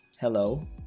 Hello